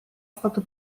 stato